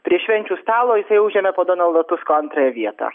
prie švenčių stalo jisai užėmė po donaldo tusko antrąją vietą